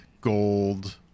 gold